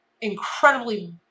incredibly